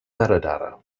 metadata